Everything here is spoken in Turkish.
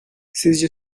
sizce